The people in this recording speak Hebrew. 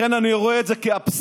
לכן אני רואה את זה כאבסורד.